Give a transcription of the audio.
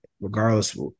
regardless